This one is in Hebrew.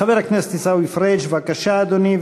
חבר הכנסת עיסאווי פריג' בבקשה, אדוני.